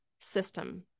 system